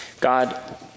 God